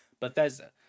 Bethesda